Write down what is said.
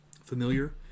familiar